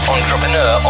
Entrepreneur